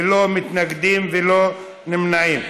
ללא מתנגדים וללא נמנעים.